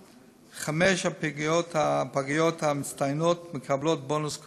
וחמש הפגיות המצטיינות מתוכן מקבלות בונוס כפול.